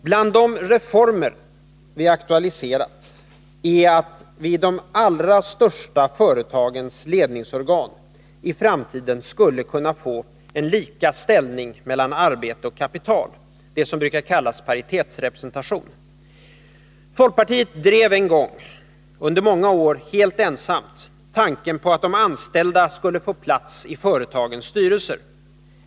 Bland de reformer som vi har aktualiserat är att vi i de allra största företagens ledningsorgan i framtiden skulle få lika ställning mellan arbete och kapital, s.k. paritetsrepresentation. Folkpartiet drev en gång — under många år helt ensamt — tanken på att de anställda skulle få plats i företagens styrelser.